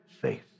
faith